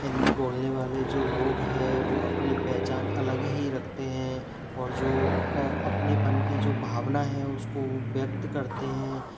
हिंदी बोलने वाले जो लोग हैं वो अपनी पहचान अलग ही रखते हैं और जो अपनेपन की जो भावना है उस को वो व्यक्त करते हैं